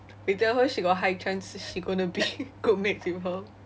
we tell her she got high chance she going be groupmates with her